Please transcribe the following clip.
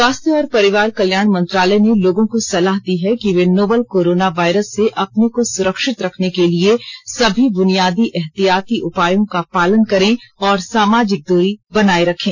स्वास्थ्य और परिवार कल्याण मंत्रालय ने लोगों को सलाह दी है कि वे नोवल कोरोना वायरस से अपने को सुरक्षित रखने के लिए सभी बुनियादी एहतियाती उपायों का पालन करें और सामाजिक दूरी बनाए रखें